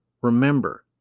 remember